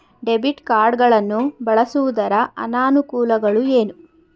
Debit card ಗಳನ್ನು ಬಳಸುವುದರ ಅನಾನುಕೂಲಗಳು ಏನು?